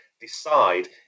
decide